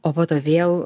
o po to vėl